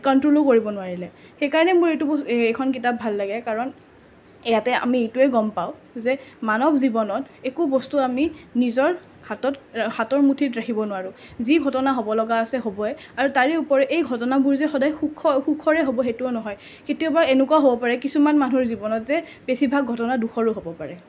ক'নট্ৰ'লো কৰিব নোৱাৰিলে সেইকাৰণে মোৰ এইটো ব এইখন কিতাপ ভাল লাগে কাৰণ ইয়াতে আমি এইটোৱে গম পাওঁ যে মানৱ জীৱনত একো বস্তু আমি নিজৰ হাতত হাতৰ মুঠিত ৰাখিব নোৱাৰোঁ যি ঘটনা হ'ব লগা আছে হ'বই আৰু তাৰে ওপৰত এই ঘটনাবোৰ যে সদায় সুখ সুখৰে হ'ব সেইটোও নহয় কেতিয়াবা এনেকুৱাও হ'ব পাৰে কিছুমান মানুহৰ জীৱনত যে বেছিভাগ ঘটনা দুখৰো হ'ব পাৰে